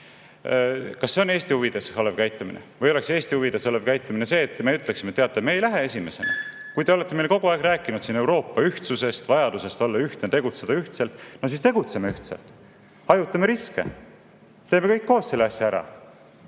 käitumine on Eesti huvides? Või oleks Eesti huvides see, kui meie ütleksime: "Teate, me ei lähe esimesena. Kui te olete meile kogu aeg rääkinud siin Euroopa ühtsusest, vajadusest olla ühtne, tegutseda ühtselt, no siis tegutseme ühtselt, hajutame riske. Teeme kõik koos selle asja ära.